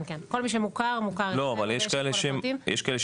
לא אבל יש כאלו שעזבו,